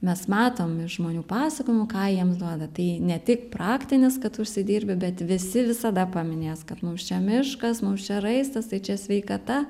mes matom iš žmonių pasakojimų ką jiems duoda tai ne tik praktinis kad užsidirbti bet visi visada paminės kad mums čia miškas mums čia raistas tai čia sveikata